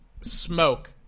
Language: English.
smoke